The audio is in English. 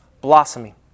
blossoming